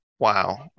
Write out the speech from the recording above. Wow